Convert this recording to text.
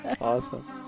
awesome